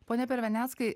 pone perveneckai